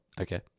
Okay